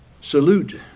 Salute